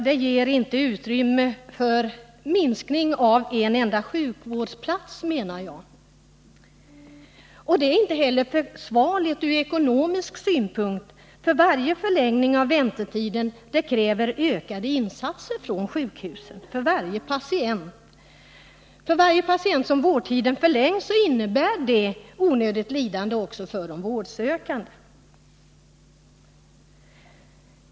Det ger inte utrymme för minskning med en enda sjukvårdsplats, menar jag. Detta är inte heller försvarligt ur ekonomisk synpunkt, därför att varje förlängning av väntetiden kräver ökade insatser från sjukhusen. Varje gång vårdtiden för en patient förlängs innebär det onödigt lidande också för de vårdsökande.